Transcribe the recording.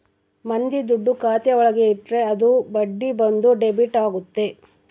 ಮಂದಿ ದುಡ್ಡು ಖಾತೆ ಒಳಗ ಇಟ್ರೆ ಅದು ಬಡ್ಡಿ ಬಂದು ಡೆಬಿಟ್ ಆಗುತ್ತೆ